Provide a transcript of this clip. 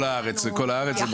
כל הארץ, כל הארץ.